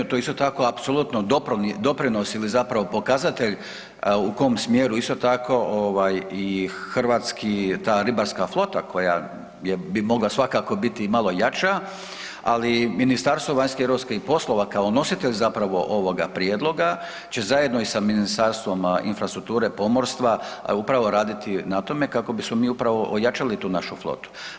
To je isto tako apsolutno doprinos ili zapravo pokazatelj u kom smjeru isto tako ovaj i hrvatski ta ribarska flota koja je, bi mogla svakako biti i malo jača, ali Ministarstvo vanjskih i europskih poslova kao nositelj zapravo ovoga prijedloga će zajedno i sa Ministarstvom infrastrukture, pomorstva upravo raditi na tome kako bismo mi upravo ojačali tu našu flotu.